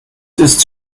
ist